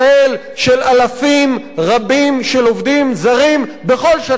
של אלפים רבים של עובדים זרים בכל שנה.